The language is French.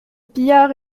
pillards